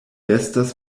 estas